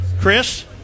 Chris